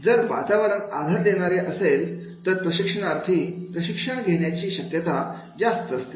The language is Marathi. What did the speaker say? जर वातावरण आधार देणार असेल तर प्रशिक्षणार्थी प्रशिक्षण घेण्याची शक्यता जास्त असते